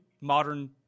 modern